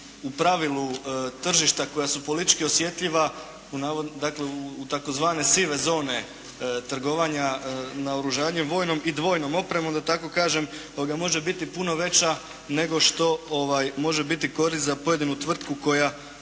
u pravilu tržišta koja su politički osjetljiva, dakle u tzv. sive zone trgovanja naoružanje vojnom i dvojnom opremom da tako kažem može biti puno veća nego što može biti korist za pojedinu tvrtku koja